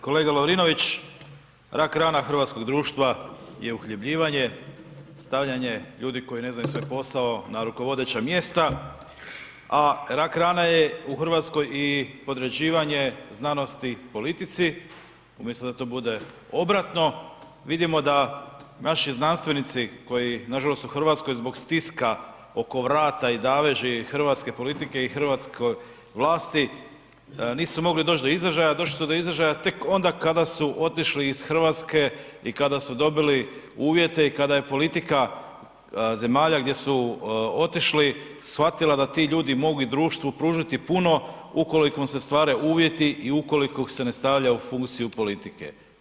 Kolega Lovrinović, rak rana hrvatskog društva je uhljebljivanje, stavljanje ljudi koji ne znaju svoj posao na rukovodeća mjesta a rak rana je u Hrvatskoj i podređivanje znanosti u politici umjesto da to bude obratno, vidimo da naši znanstvenici koji nažalost u Hrvatskoj zbog stiska oko vrata i daveži hrvatske politike i hrvatske vlasti, nisu mogli doć do izražaja, došli su do izražaja, došli su do izražaja tek onda kada su otišli iz Hrvatske i kada su dobili uvjete i kada je politika zemalja gdje su otišli shvatila da ti ljudi mogu i društvu pružiti puno ukoliko im se stvore uvjeti i ukoliko ih se ne stavlja u funkciju politike.